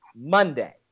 Monday